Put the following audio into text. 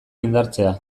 indartzea